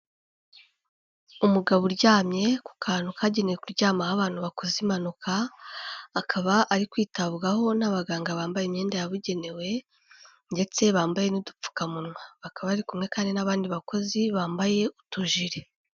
Umugabo uryamye ku kantu kagenewe kuryama aho abantu bakoze impanuka, akaba ari kwitabwaho n'abaganga bambaye imyenda yabugenewe ndetse bambaye n'udupfukamunwa, bakaba ari kumwe kandi n'abandi bakozi bambaye utujiri.